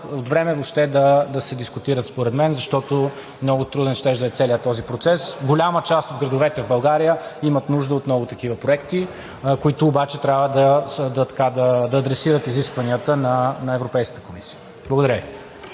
от време въобще да се дискутират според мен, защото целият този процес щеше да е много труден. Голяма част от градовете в България имат нужда от много такива проекти, които обаче трябва да адресират изискванията на Европейската комисия. Благодаря Ви.